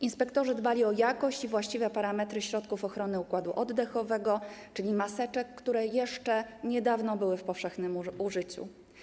Inspektorzy dbali o jakość i właściwe parametry środków ochrony układu oddechowego, czyli maseczek, które jeszcze niedawno były w powszechnym użyciu.